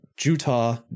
Utah